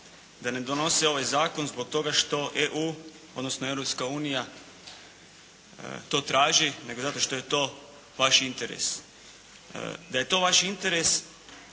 da ne donose ovaj Zakon zbog toga što EU, odnosno Europska unija to traži, nego zato što je to vaš interes. Da je to vaš interes